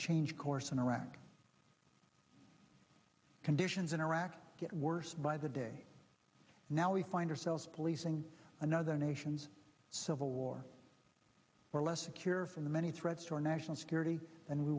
change course in iraq conditions in iraq get worse by the day now we find ourselves policing another nation's civil war or less secure from the many threats to our national security and we